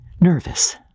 nervous